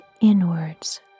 inwards